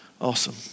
Awesome